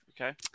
Okay